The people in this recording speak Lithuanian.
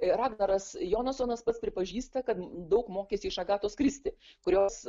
ragnaras jonasonas pats pripažįsta kad daug mokėsi iš agatos kristi kurios